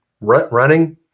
running